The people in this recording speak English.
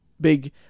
big